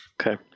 okay